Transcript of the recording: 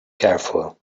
careful